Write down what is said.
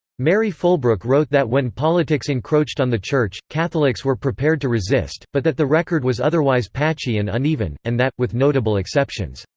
mary fulbrook wrote that when politics encroached on the church, catholics were prepared to resist, but that the record was otherwise patchy and uneven, and that, with notable exceptions,